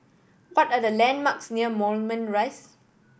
what are the landmarks near Moulmein Rise